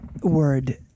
word